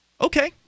Okay